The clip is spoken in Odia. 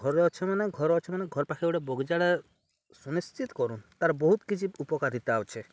ଘରେ ଅଛେ ମାନେ ଘରେ ଅଛେ ମାନେ ଘର୍ ପାଖେ ଗୁଟେ ବଗିଚାଟେ ସୁନିଶ୍ଚିତ୍ କରୁନ୍ ତା'ର୍ ବହୁତ୍ କିଛି ଉପକାରିତା ଅଛେ